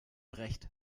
recht